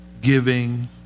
giving